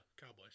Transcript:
Cowboys